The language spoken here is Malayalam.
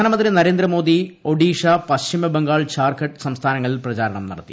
പ്രധാനമന്ത്രി നരേന്ദ്രമോദി ഒഡീഷ പശ്ചിമബംഗാൾ ഝാർഖണ്ഡ് സംസ്ഥാനങ്ങളിൽ പ്രചാരണം നടത്തി